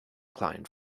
client